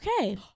okay